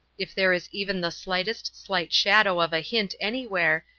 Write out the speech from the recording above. if there is even the slightest slight shadow of a hint anywhere,